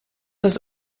das